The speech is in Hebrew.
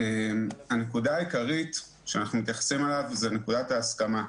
הנקודה העיקרית שאנחנו מתייחסים אליה היא נקודת ההסכמה.